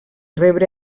rebre